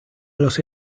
los